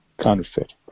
counterfeit